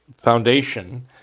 foundation